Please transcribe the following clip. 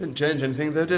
and change anything, though,